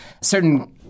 certain